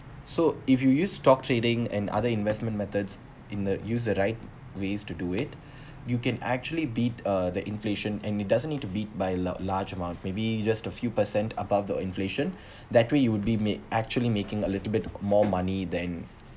so if you use stock trading and other investment methods in the use the right ways to do it you can actually beat uh the inflation and you doesn't need to beat by loud large amount maybe you just a few per cent above the inflation that way you would be made actually making a little bit more money than